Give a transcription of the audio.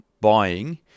buying